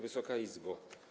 Wysoka Izbo!